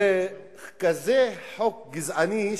זה כזה חוק גזעני,